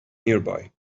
nearby